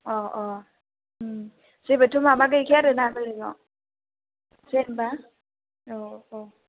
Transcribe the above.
अ' अ' उम जेबोथ' माबा गैखाया आरो ना बेलेगआव जेन'बा औ औ